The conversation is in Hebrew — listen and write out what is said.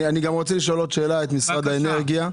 אני רוצה לשאול עוד שאלה את משרד האנרגיה.